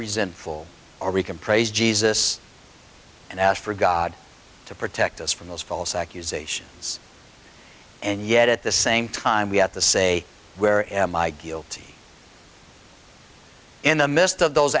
resentful or we can praise jesus and ask for god to protect us from those false accusations and yet at the same time we have to say where am i guilty in the midst of those